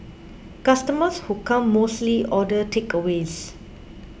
customers who come mostly order takeaways